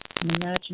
imagine